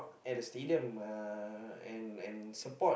at the stadium uh and and support